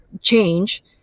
change